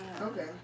Okay